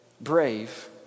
brave